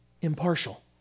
impartial